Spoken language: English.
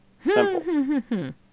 Simple